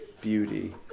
beauty